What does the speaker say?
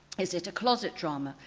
is it a closet drama?